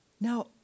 Now